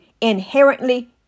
inherently